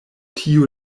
tiu